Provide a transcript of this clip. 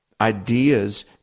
ideas